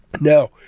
Now